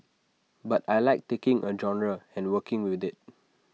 but I Like taking A genre and working with IT